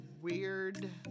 weird